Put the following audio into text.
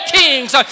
kings